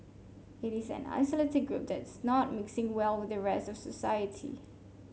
it is an isolated group that is not mixing well with the rest of society